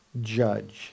judge